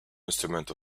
instrument